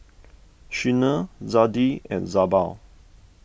Sheena Zadie and Jabbar